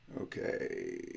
Okay